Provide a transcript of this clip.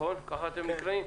תן לנו סקירה.